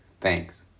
Thanks